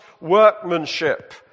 workmanship